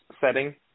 setting